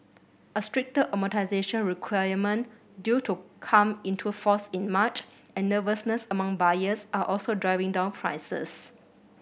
a stricter amortisation requirement due to come into force in March and nervousness among buyers are also driving down prices